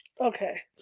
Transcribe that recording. Okay